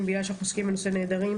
האלה כיוון שאנחנו עוסקים בנושא נעדרים,